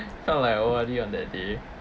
kind of like O_R_D on that day